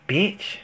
Bitch